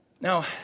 Now